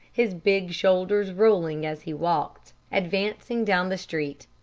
his big shoulders rolling as he walked, advancing down the street.